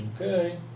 Okay